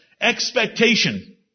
expectation